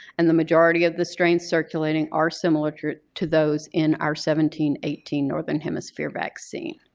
and the majority of the strains circulating are similar to to those in our seventeen eighteen northern hemisphere vaccine.